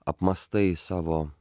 apmąstai savo